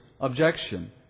objection